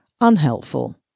unhelpful